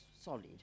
solid